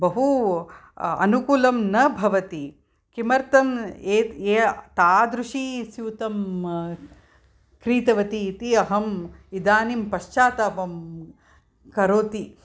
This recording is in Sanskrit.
बहु अनुकूलं न भवति किमर्थं ए ए तादृशी स्यूतं क्रीतवती इति अहम् इदानीं पश्चात्तापं करोति